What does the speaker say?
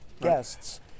guests